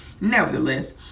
Nevertheless